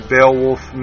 Beowulf